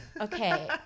okay